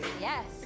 yes